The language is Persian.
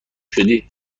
شدی